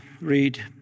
read